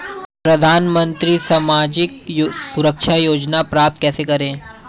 प्रधानमंत्री सामाजिक सुरक्षा योजना प्राप्त कैसे करें?